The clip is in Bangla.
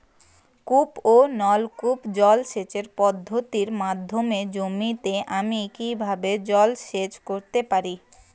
কূপ ও নলকূপ জলসেচ পদ্ধতির মাধ্যমে জমিতে আমি কীভাবে জলসেচ করতে পারি?